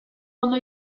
ondo